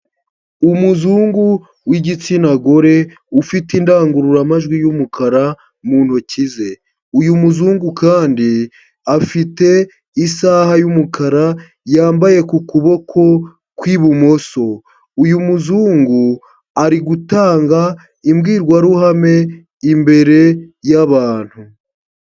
Umuzungu w'igitsina gore ufite indangururamajwi y'umukara mu ntoki ze, uyu muzungu kandi afite isaha y'umukara yambaye ku kuboko ku ibumoso, uyu muzungu ari gutanga imbwirwaruhame imbere y'abantu.